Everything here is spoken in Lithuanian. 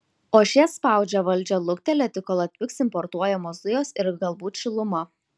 o šie spaudžia valdžią luktelėti kol atpigs importuojamos dujos ir galbūt šiluma